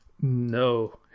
No